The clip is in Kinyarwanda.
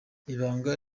ibanga